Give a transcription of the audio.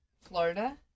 Florida